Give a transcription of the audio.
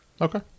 Okay